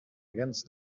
against